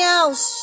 else